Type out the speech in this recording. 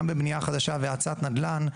גם בבנייה חדשה והאצת נדל"ן,